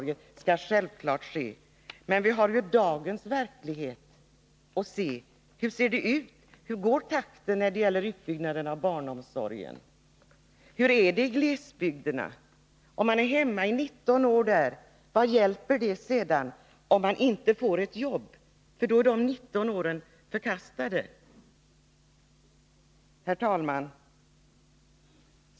En sådan utbyggnad skall självfallet ske. Men vi har ju dagens verklighet. Vad är det för takt när det gäller utbyggnaden av barnomsorgen? Hur är det i glesbygderna? Vad hjälper det om man är hemma i 19 år, om man inte får ett jobb? Får man inte arbete är de 19 åren bortkastade. Herr talman!